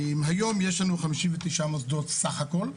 היום יש לנו 59 מוסדות סך הכול.